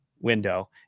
window